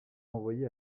envoyé